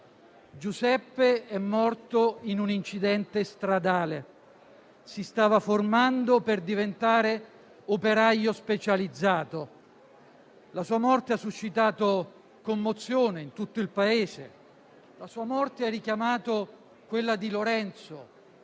Giuseppe è morto in un incidente stradale; si stava formando per diventare operaio specializzato. La sua morte ha suscitato commozione in tutto il Paese ed ha richiamato quella di Lorenzo,